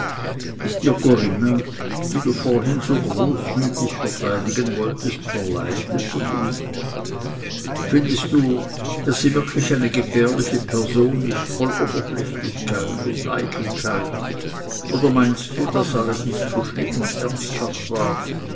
ist dir corinna die du vorhin so großmütig verteidigen wolltest verleidet oder nicht findest du daß sie wirklich eine gefährliche person ist voll oberflächlichkeit und eitelkeit oder meinst du daß alles nicht so schlimm und ernsthaft war